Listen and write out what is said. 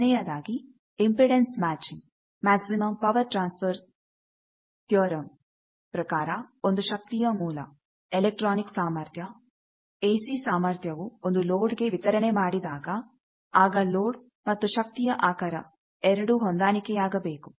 ಮೊದಲನೆಯದಾಗಿ impedance matching maximum power transfer theorem ಪ್ರಕಾರ ಒಂದು ಶಕ್ತಿಯ ಮೂಲ ಎಲೆಕ್ಟ್ರಾನಿಕ್ ಸಾಮರ್ಥ್ಯ ಎಸಿ ಸಾಮರ್ಥ್ಯ ವು ಒಂದು ಲೋಡ್ಗೆ ವಿತರಣೆ ಮಾಡಿದಾಗ ಆಗ ಲೋಡ್ ಮತ್ತು ಶಕ್ತಿಯ ಆಕರ ಎರಡು ಹೊಂದಾಣಿಕೆಯಾಗಬೇಕು